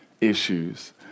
issues